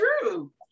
true